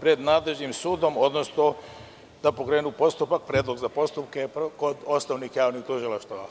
pred nadležnim sudom, odnosno da pokrenu postupak, predlog za postupke kod osnovnih javnih tužilaštava.